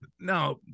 Now